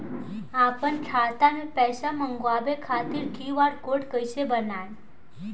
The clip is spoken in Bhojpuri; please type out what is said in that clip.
आपन खाता मे पैसा मँगबावे खातिर क्यू.आर कोड कैसे बनाएम?